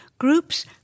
Groups